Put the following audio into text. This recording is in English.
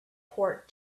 port